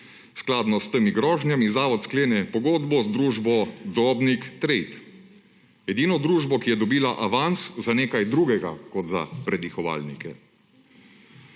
Skladno s temi grožnjami Zavod sklene pogodbo z družbo Dobnik trade, edino družbo, ki je dobila avans za nekaj drugega kot za predihovalnike.